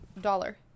dollar